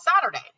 Saturday